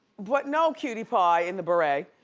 but no, cutie pie in the beret.